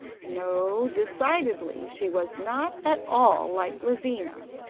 no, decidedly she was not at all like lizina.